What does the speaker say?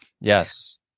Yes